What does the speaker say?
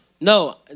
No